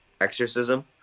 exorcism